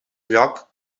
lloc